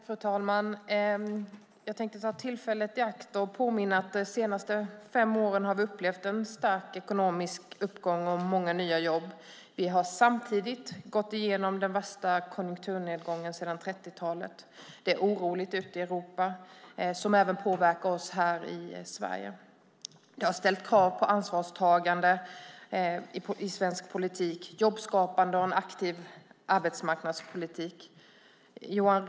Fru talman! Jag tänkte ta tillfället i akt och påminna om att vi de senaste fem åren har upplevt en stark ekonomisk uppgång och många nya jobb. Samtidigt har vi gått igenom den värsta konjunkturnedgången sedan 30-talet. Det är oroligt ute i Europa, vilket även påverkar oss här i Sverige. Det har ställt krav på ansvarstagande i svensk politik, jobbskapande och en aktiv arbetsmarknadspolitik. Johan!